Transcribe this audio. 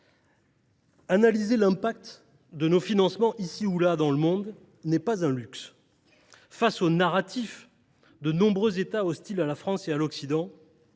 Analyser l’impact de nos financements ici ou là dans le monde n’est pas un luxe. Face aux « narratifs » de nombreux états hostiles à la France et à l’Occident,